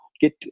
get